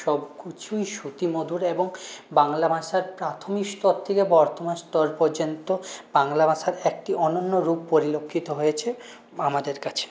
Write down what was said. সব কিছুই শ্রুতিমধুর এবং বাংলা ভাষার প্রাথমিক স্তর থেকে বর্তমান স্তর পর্যন্ত বাংলা ভাষার একটি অনন্য রূপ পরিলক্ষিত হয়েছে আমাদের কাছে